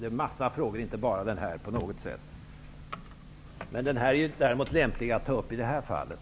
Det handlar om en mängd frågor, alltså inte bara om denna. Däremot är den här frågan lämplig att ta upp i det här fallet.